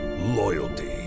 loyalty